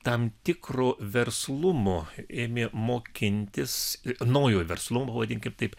tam tikro verslumo ėmė mokintis naujojo verslumo vadinkim taip